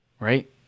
Right